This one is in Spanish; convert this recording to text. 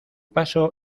paso